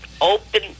Open